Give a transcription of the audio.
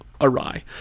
awry